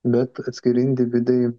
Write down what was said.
bet atskiri individai